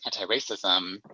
anti-racism